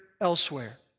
elsewhere